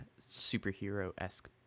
superhero-esque